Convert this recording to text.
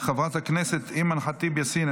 חברת הכנסת אימאן ח'טיב יאסין,